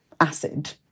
acid